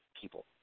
people